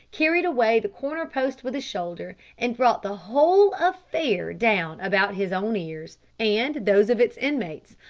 carried away the corner-post with his shoulder, and brought the whole affair down about his own ears, and those of its inmates,